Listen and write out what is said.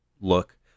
look